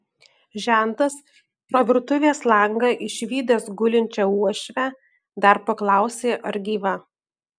žentas pro virtuvės langą išvydęs gulinčią uošvę dar paklausė ar gyva